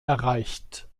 erreicht